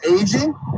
aging